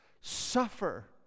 Suffer